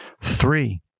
Three